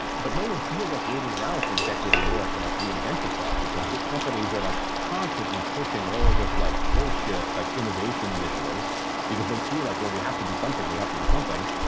but no one feels like waiting around for a decade or more to like reinvent yourself. and so big companies are like constantly pushing all of this like bullshit like innovation initiatives because they feel like we have to do something. we have to do something.